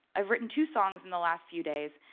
i've written two songs in the last few days.